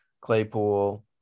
Claypool